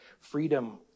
freedom